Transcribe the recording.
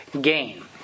gain